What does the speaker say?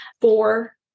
four